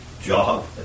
job